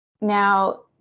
Now